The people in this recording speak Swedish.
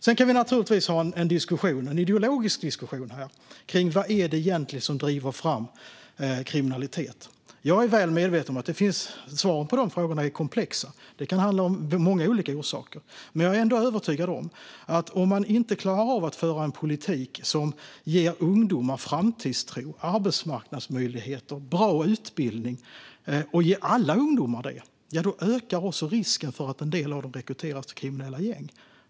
Sedan kan vi naturligtvis ha en ideologisk diskussion kring vad det egentligen är som driver fram kriminalitet. Jag är väl medveten om att svaren på de frågorna är komplexa. Det kan handla om många olika orsaker. Men jag är ändå övertygad om att om man inte klarar av att föra en politik som ger alla ungdomar framtidstro, arbetsmarknadsmöjligheter och bra utbildning ökar risken för att en del av dem rekryteras till kriminella gäng.